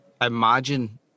imagine